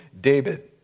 David